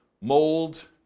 mold